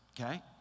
okay